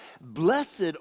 blessed